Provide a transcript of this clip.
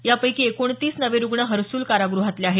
यापैकी एकोणतीस नवे रुग्ण हर्सुल कारागृहात आढळले आहेत